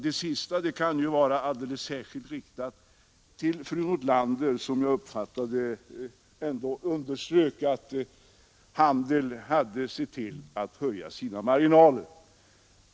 Det sista kan vara alldeles särskilt riktat till fru Nordlander som enligt vad jag uppfattade underströk att handeln hade sett till att höja sina marginaler.